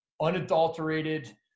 unadulterated